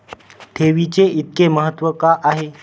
ठेवीचे इतके महत्व का आहे?